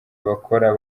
bakora